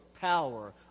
power